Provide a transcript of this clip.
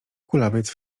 kulawiec